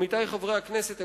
עמיתי חברי הכנסת,